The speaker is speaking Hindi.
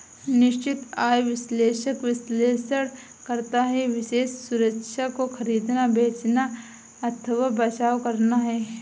निश्चित आय विश्लेषक विश्लेषण करता है विशेष सुरक्षा को खरीदना, बेचना अथवा बचाव करना है